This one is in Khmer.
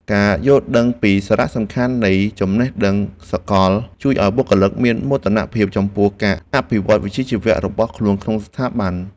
ការយល់ដឹងពីសារៈសំខាន់នៃចំណេះដឹងសកល ជួយឱ្យបុគ្គលិកមានមោទនភាពចំពោះការអភិវឌ្ឍវិជ្ជាជីវៈរបស់ខ្លួនក្នុងស្ថាប័ន។